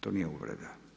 To nije uvreda.